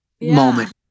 moment